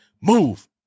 Move